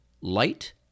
Light